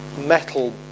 metal